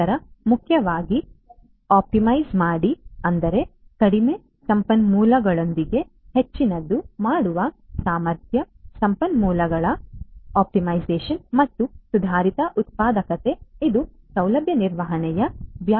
ನಂತರ ಮುಖ್ಯವಾಗಿ ಆಪ್ಟಿಮೈಜ್ ಮಾಡಿ ಅಂದರೆ ಕಡಿಮೆ ಸಂಪನ್ಮೂಲಗಳೊಂದಿಗೆ ಹೆಚ್ಚಿನದನ್ನು ಮಾಡುವ ಸಾಮರ್ಥ್ಯ ಸಂಪನ್ಮೂಲಗಳ ಆಪ್ಟಿಮೈಸೇಶನ್ ಮತ್ತು ಸುಧಾರಿತ ಉತ್ಪಾದಕತೆ ಇದು ಸೌಲಭ್ಯ ನಿರ್ವಹಣೆಯ ವ್ಯಾಪ್ತಿಯಲ್ಲಿದೆ